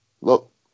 look